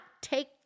take